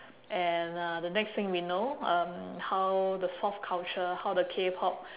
and uh the next thing we know um how the soft culture how the Kpop